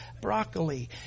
broccoli